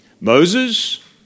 Moses